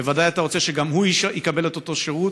בוודאי אתה רוצה שגם הוא יקבל את אותו שירות.